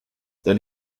then